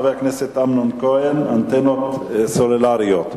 חבר הכנסת אמנון כהן: אנטנות סלולריות.